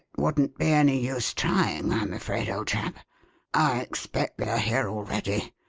wouldn't be any use trying, i'm afraid, old chap i expect they are here already.